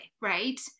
right